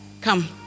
Come